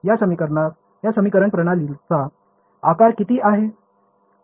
या समीकरण प्रणालीचा आकार किती आहे